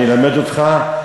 אני אלמד אותך.